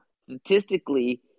statistically